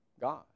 God